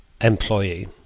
employee